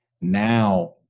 now